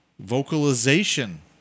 Vocalization